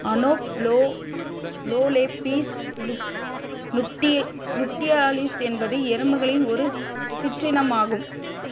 அனோப்லோ லோலேபிஸ் லுப்டியாலிஸ் என்பது எறும்புகளின் ஒரு சிற்றினமாகும்